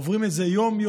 עוברים את זה יום-יום,